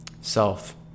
self